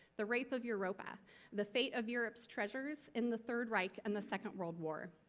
the rape of europa the fate of europe's treasures in the third reich and the second world war.